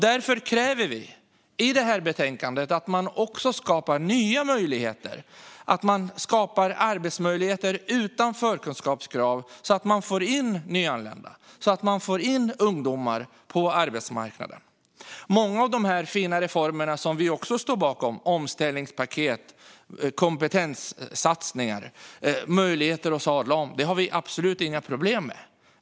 Därför kräver vi i detta betänkande att man också skapar nya möjligheter, arbetsmöjligheter utan förkunskapskrav, så att man får in nyanlända och ungdomar på arbetsmarknaden. Många av de fina reformer som vi också står bakom - omställningspaket, kompetenssatsningar, möjligheter att sadla om - har vi absolut inga problem med.